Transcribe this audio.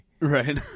Right